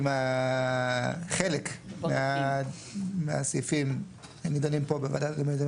כשחלק מהסעיפים נידונים פה בוועדה למיזמים